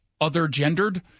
other-gendered